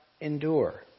endure